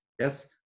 yes